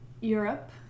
Europe